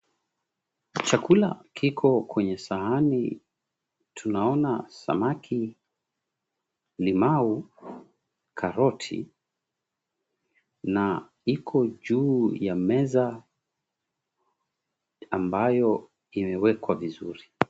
Chakula kiko kwenye sahani, tunaona samaki, limau , karoti, na iko juu ya meza ambayo imewekwa vizuri,